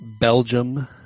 Belgium